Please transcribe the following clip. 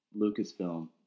Lucasfilm